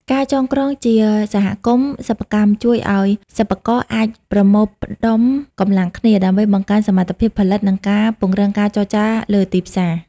ការចងក្រងជាសហគមន៍សិប្បកម្មជួយឱ្យសិប្បករអាចប្រមូលផ្ដុំកម្លាំងគ្នា ដើម្បីបង្កើនសមត្ថភាពផលិត និងការពង្រឹងការចរចាលើទីផ្សារ។